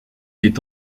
est